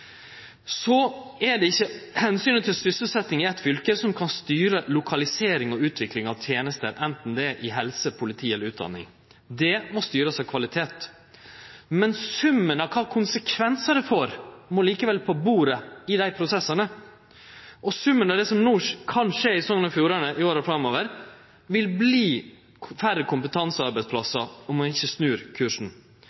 Det er ikkje omsynet til sysselsetjinga i eit fylke som kan styre lokalisering og utvikling av tenester anten det gjeld helse, politi eller utdanning. Det må styrast av kvalitet. Men summen av kva slags konsekvensar det får, må likevel på bordet i desse prosessane. Summen av det som no kan skje i Sogn og Fjordane i åra framover, vil verte færre